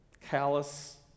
callous